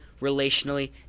relationally